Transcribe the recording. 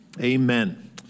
Amen